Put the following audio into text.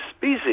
busy